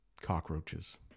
cockroaches